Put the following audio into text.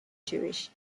jewish